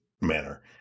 manner